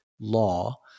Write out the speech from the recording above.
law